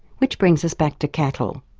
which brings us back to cattle.